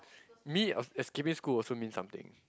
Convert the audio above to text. me es~ escaping school also mean something